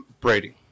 Brady